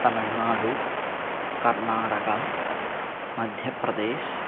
तमिळ्नाडु कर्नाटकम् मध्यप्रदेशः